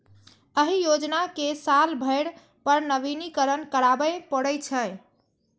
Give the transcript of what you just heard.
एहि योजना कें साल भरि पर नवीनीकरण कराबै पड़ै छै